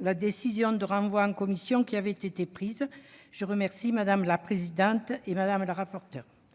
la décision de renvoi en commission qui avait été prise. Je remercie Mme la présidente de la commission